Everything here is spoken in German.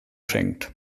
schenkt